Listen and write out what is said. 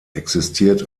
existiert